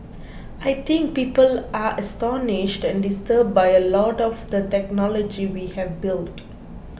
I think people are astonished and disturbed by a lot of the technology we have built